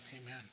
amen